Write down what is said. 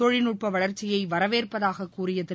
தொழில்நூட்ப வளர்ச்சியை வரவேற்பதாக கூறிய திரு